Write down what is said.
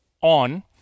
on